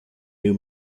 new